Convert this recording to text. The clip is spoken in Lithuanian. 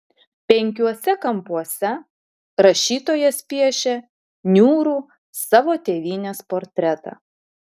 penkiuose kampuose rašytojas piešia niūrų savo tėvynės portretą